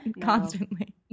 constantly